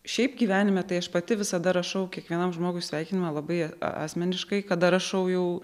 šiaip gyvenime tai aš pati visada rašau kiekvienam žmogui sveikinimą labai asmeniškai kada rašau jau